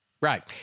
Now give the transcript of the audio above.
Right